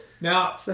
now